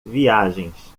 viagens